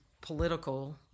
political